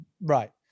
Right